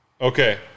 Okay